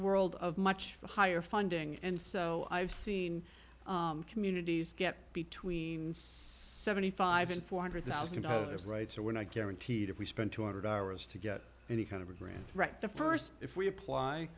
world of much higher funding and so i've seen communities get between seventy five dollars and four hundred thousand dollars right so we're not guaranteed if we spend two hundred hours to get any kind of a grant right the st if we apply